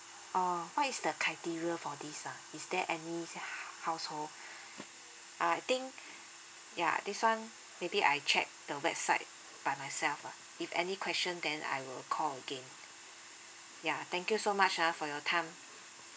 oh what is the criteria for this ah is there any household ah I think yeah this one maybe I check the website by myself ah if any question then I will call again yeah thank you so much ah for your time